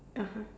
(uh huh)